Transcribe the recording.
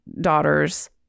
daughters